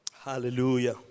Hallelujah